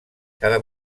cada